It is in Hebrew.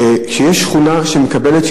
כשיש שכונה שמקבלת,